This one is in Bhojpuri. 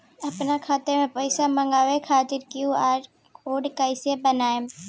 आपन खाता मे पैसा मँगबावे खातिर क्यू.आर कोड कैसे बनाएम?